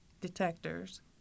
detectors